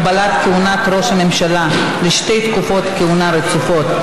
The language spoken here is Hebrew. הגבלת כהונת ראש הממשלה לשתי תקופות כהונה רצופות),